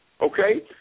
Okay